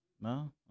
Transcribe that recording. No